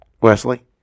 Wesley